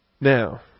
Now